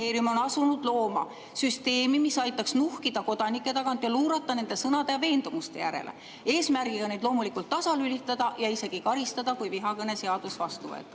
ministeerium on asunud looma süsteemi, mis aitaks nuhkida kodanike tagant ja luurata nende sõnade ja veendumuste järele, eesmärgiga neid loomulikult tasalülitada ja isegi karistada, kui vihakõneseadus on vastu võetud. Ja